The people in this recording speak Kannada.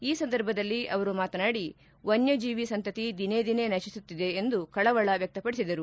ಈ ಸಂದರ್ಭದಲ್ಲಿ ಅವರು ಮಾತನಾಡಿ ವನ್ನ ಜೀವಿ ಸಂತತಿ ದಿನೇದಿನೇ ನತಿಸುತ್ತಿದೆ ಎಂದು ಕಳವಳ ವ್ಯಕ್ತಪಡಿಸಿದರು